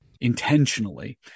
intentionally